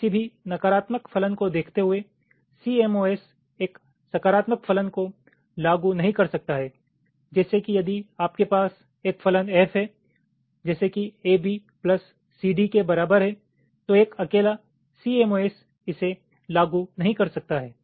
किसी भी नकारात्मक फलन को देखते हुए सीएमओएस एक सकारात्मक फलन को लागू नहीं कर सकता है जैसे कि यदि आपके पास एक फलन f है जैसे कि ab c d के बराबर तो एक अकेला सीएमओएस इसे लागू नहीं कर सकता है